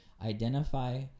identify